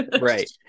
Right